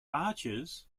arches